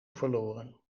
verloren